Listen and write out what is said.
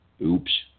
Oops